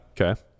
Okay